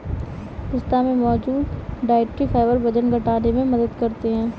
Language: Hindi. पिस्ता में मौजूद डायट्री फाइबर वजन घटाने में मदद करते है